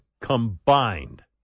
combined